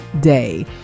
day